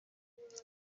kubera